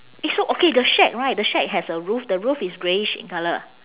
eh so okay the shack right the shack has a roof the roof is greyish in colour